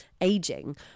aging